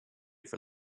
for